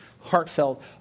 heartfelt